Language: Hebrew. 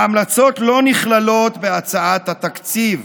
ההמלצות לא נכללות בהצעת התקציב.